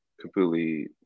completely